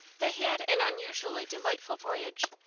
they had an unusually delightful voyage.